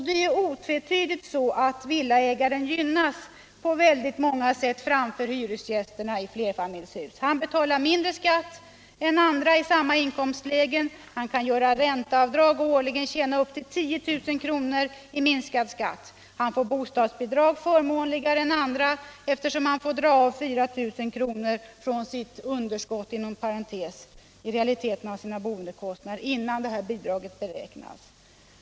Det är otvetydigt så att villaägaren gynnas på väldigt många sätt framför hyresgästerna i flerfamiljshus. Han betalar mindre skatt än andra i samma inkomstlägen. Han kan göra ränteavdrag och årligen tjäna upp till 10 000 kr. i minskad skatt. Han får bostadsbidrag förmånligare än andra, eftersom han får dra av 4 000 kr. från sitt ”underskott” — i realiteten av sina boendekostnader —- innan detta bidrag beräknas.